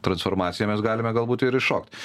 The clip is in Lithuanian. transformaciją mes galime galbūt ir įšokt